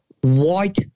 white